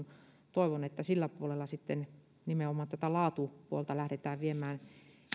toivon että sillä puolella nimenomaan tätä laatupuolta lähdetään viemään